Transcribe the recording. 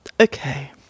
okay